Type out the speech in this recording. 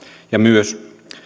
ja myös